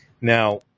Now